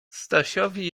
stasiowi